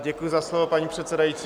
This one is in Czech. Děkuji za slovo, paní předsedající.